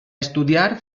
estudiar